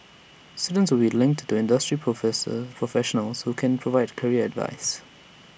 students will linked to industry professor professionals who can provide career advice